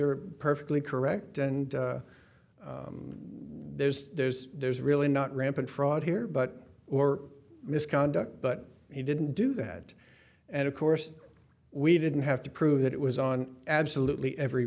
are perfectly correct and when there's there's there's really not rampant fraud here but or misconduct but he didn't do that and of course we didn't have to prove that it was on absolutely every